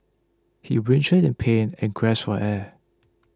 he writhed in pain and gasped for air